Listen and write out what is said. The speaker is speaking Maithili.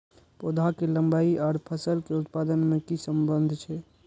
पौधा के लंबाई आर फसल के उत्पादन में कि सम्बन्ध छे?